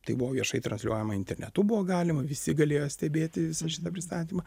tai buvo viešai transliuojama internetu buvo galima visi galėjo stebėti visą šitą pristatymą